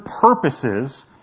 purposes